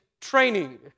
training